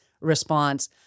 response